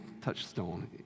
touchstone